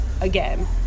again